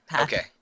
Okay